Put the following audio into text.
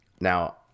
Now